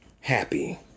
happy